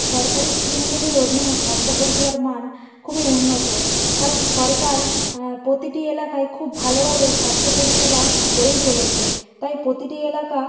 সরকারি স্কিমগুলির অধীনে স্বাস্থ্য পরিষেবার মান খুবই উন্নত কারণ সরকার প্রতিটি এলাকায় খুব ভালোভাবেই স্বাস্থ্য পরিষেবা করেই চলেছে তাই প্রতিটি এলাকা